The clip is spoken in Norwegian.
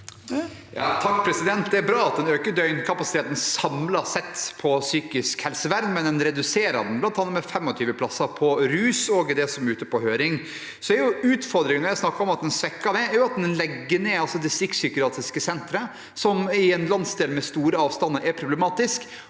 (H) Det er bra at en øker døgnkapasiteten samlet sett på psykisk helsevern, men en reduserer den bl.a. med 25 plasser på rus, også i det som er ute på høring. Utfordringen – når jeg snakker om at en svekker det – er at en legger ned distriktspsykiatriske sentre, noe som i en landsdel med store avstander er problematisk.